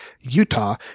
Utah